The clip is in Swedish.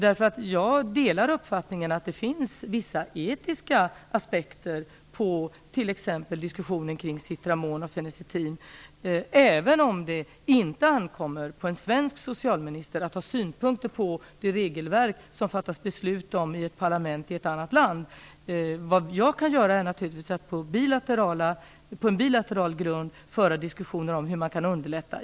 Jag delar nämligen uppfattningen att det finns vissa etiska aspekter på t.ex. diskussionen om Citramon och fenacetin, även om det inte ankommer på en svensk socialminister att ha synpunkter på det regelverk som det fattas beslut om i ett annat lands parlament. Vad jag kan göra är naturligtvis att på en bilateral grund föra diskussioner om hur man kan underlätta.